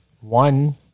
One